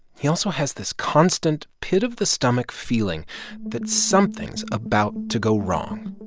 he also has this constant, pit-of-the-stomach feeling that something's about to go wrong.